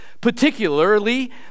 particularly